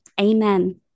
Amen